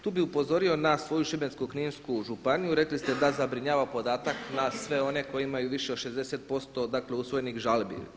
Tu bi upozorio na svoju Šibensko-kninsku županiju, rekli ste da zabrinjava podatak nas sve one koje imaju više od 60% usvojenih žalbi.